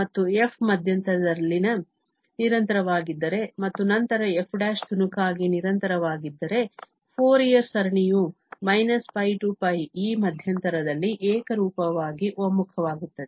ಮತ್ತು f ಮಧ್ಯಂತರದಲ್ಲಿ ನಿರಂತರವಾಗಿದ್ದರೆ ಮತ್ತು ನಂತರ f ′ ತುಣುಕಾಗಿ ನಿರಂತರವಾಗಿದ್ದರೆ ಫೋರಿಯರ್ ಸರಣಿಯು −π π ಈ ಮಧ್ಯಂತರದಲ್ಲಿ ಏಕರೂಪವಾಗಿ ಒಮ್ಮುಖವಾಗುತ್ತದೆ